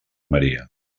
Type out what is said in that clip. maria